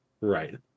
Right